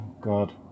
God